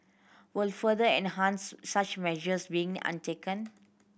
will further enhance such measures being untaken